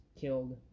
killed